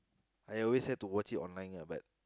I always have to watch it online lah but